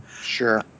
Sure